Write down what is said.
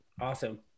Awesome